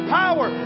power